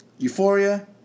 Euphoria